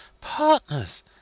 Partners